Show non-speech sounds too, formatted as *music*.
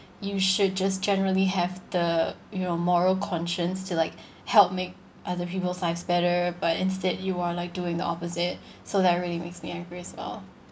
you should just generally have the your moral conscience to like *breath* help make other people's lives better but instead you are like doing the opposite so that really makes me angry as well